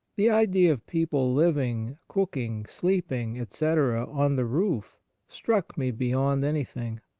the idea of people living, cook ing, sleeping, etc, on the roof struck me beyond anything